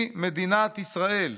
היא מדינת ישראל.